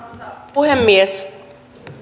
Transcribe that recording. puhemies